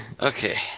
Okay